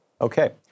Okay